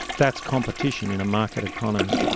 that's competition in a market economy.